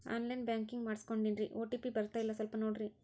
on line banking ಮಾಡಿಸ್ಕೊಂಡೇನ್ರಿ OTP ಬರ್ತಾಯಿಲ್ಲ ಸ್ವಲ್ಪ ನೋಡ್ರಿ